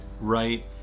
right